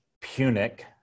Punic